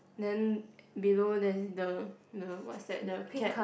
then below then the the what's that the cat